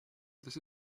this